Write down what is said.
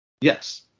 Yes